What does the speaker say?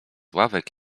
ławek